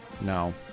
No